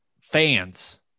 fans